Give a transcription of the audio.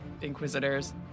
inquisitors